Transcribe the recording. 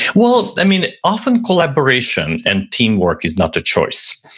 well i mean, often collaboration and teamwork is not a choice.